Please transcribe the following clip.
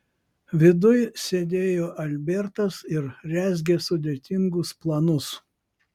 viduj sėdėjo albertas ir rezgė sudėtingus planus